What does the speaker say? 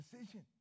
decision